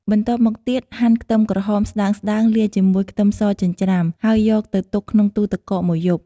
បន្ទាប់មកទៀត ហាន់ខ្ទឹមក្រហមស្តើងៗលាយជាមួយខ្ទឹមសចិញ្ច្រាំ ហើយយកទៅទុកក្នុងទូរទឹកកកមួយយប់។